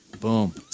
Boom